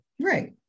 Right